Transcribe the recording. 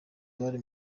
bari